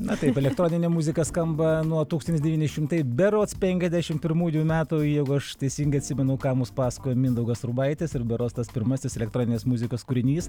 na taip elektroninė muzika skamba nuo tūkstantis devyni šimtai berods penkiasdešimt pirmųjų metų jeigu aš teisingai atsimenu ką mums pasakojo mindaugas urbaitis ir berods tas pirmasis elektroninės muzikos kūrinys